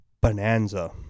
bonanza